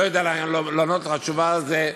לא יודע לענות לך תשובה על זה.